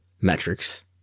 metrics